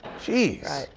jeez!